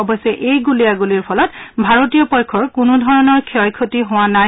অৰশ্যে এই গুলীয়াগুলীৰ ফলত ভাৰতীয় পক্ষৰ কোনো ধৰণৰ ক্ষয় ক্ষতি হোৱা নাই